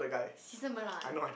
Cesar Millan